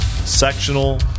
sectional